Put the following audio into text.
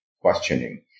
questioning